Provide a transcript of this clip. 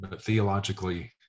theologically